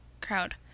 crowd